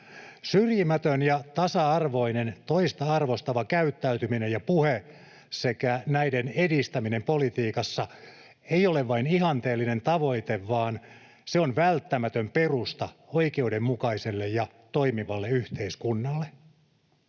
Syrjimätön ja tasa-arvoinen, toista arvostava käyttäytyminen ja puhe sekä näiden edistäminen politiikassa ei ole vain ihanteellinen tavoite, vaan se on välttämätön perusta oikeudenmukaiselle ja toimivalle yhteiskunnalle.